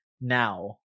now